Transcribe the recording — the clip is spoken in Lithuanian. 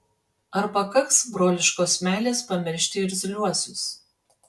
ar pakaks broliškos meilės pamiršti irzliuosius